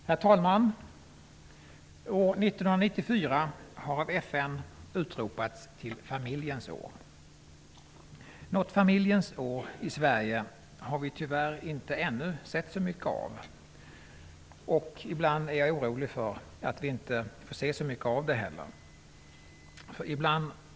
Herr talman! År 1994 har av FN utropats till familjens år. Något familjens år har vi tyvärr inte sett så mycket av i Sverige ännu. Ibland är jag orolig för att vi inte får se så mycket av det heller.